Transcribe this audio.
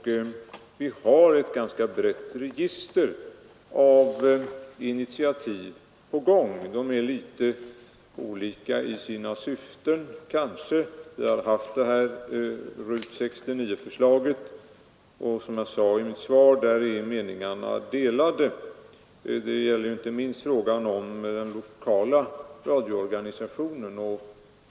Vi har ett ganska brett register av utredningar, och nya initiativ är på gång. De är kanske litet olika i sina syften. Vi har haft RUT 69-förslaget, och som jag sade i mitt svar är meningarna delade om det, inte minst i fråga om den lokala radioorganisationen.